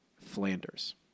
Flanders